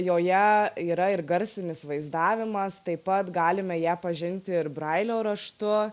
joje yra ir garsinis vaizdavimas taip pat galime ją pažinti ir brailio raštu